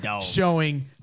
showing